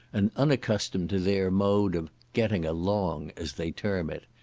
and unaccustomed to their mode of getting along, as they term it.